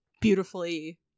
beautifully